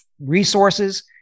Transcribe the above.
resources